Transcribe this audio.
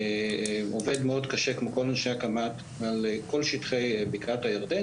עובד מאוד קשה כמו כל אנשי הקמ"ט על כל שטחי בקעת הירדן,